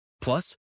Plus